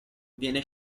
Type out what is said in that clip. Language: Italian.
viene